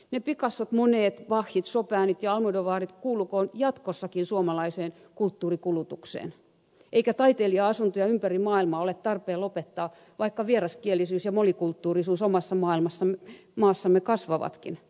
ne picassot monett bachit chopinit ja almodovarit kuulukoot jatkossakin suomalaiseen kulttuurikulutukseen eikä taiteilija asuntoja ympäri maailmaa ole tarpeen lopettaa vaikka vieraskielisyys ja monikulttuurisuus omassa maassamme kasvavatkin